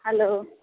hello